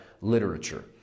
literature